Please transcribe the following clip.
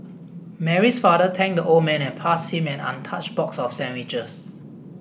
Mary's father thanked the old man and passed him an untouched box of sandwiches